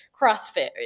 crossfit